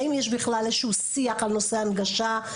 האם יש בכלל איזשהו שיח על נושא הנגשה,